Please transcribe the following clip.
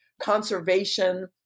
conservation